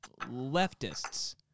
leftists